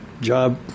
job